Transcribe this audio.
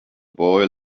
boy